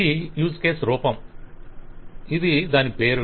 ఇది use case రూపం ఇది దాని పేరు